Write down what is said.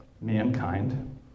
mankind